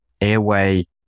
airway